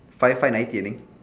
five five ninety I think